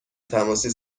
تماسی